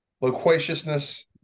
loquaciousness